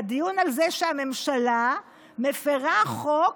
דיון על זה שהממשלה מפירה חוק,